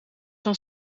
van